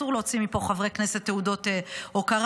אסור להוציא מפה, חברי כנסת, תעודות הוקרה.